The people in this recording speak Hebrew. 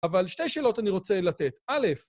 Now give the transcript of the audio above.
אבל שתי שאלות אני רוצה לתת. א',